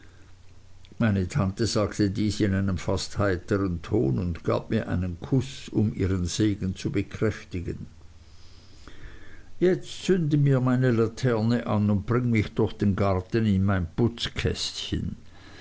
meine tante sagte dies in einem fast heitern tone und gab mir einen kuß um ihren segen zu bekräftigen jetzt zünde mir meine laterne an und bring mich durch den garten in mein